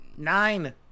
Nine